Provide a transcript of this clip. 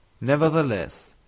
Nevertheless